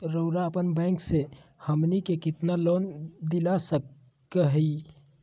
रउरा अपन बैंक से हमनी के कितना लोन दिला सकही?